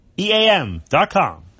EAM.com